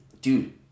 dude